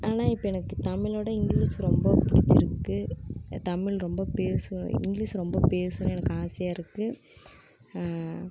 ஆனால் இப்போ எனக்கு தமிழோட இங்கிலிஷ் ரொம்பவும் பிடிச்சிருக்கு தமிழ் ரொம்ப பேசுவேன் இங்கிலிஷ் ரொம்ப பேசணும்னு எனக்கு ஆசையாக இருக்குது